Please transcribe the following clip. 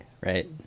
Right